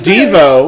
Devo